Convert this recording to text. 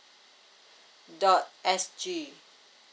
dot S G